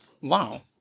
wow